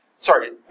Sorry